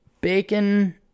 Bacon